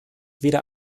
weder